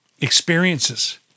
experiences